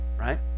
right